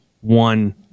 one